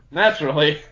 naturally